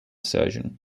surgeon